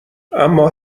اما